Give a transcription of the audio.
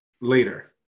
later